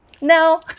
No